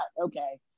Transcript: okay